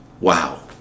Wow